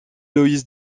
lois